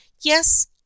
Yes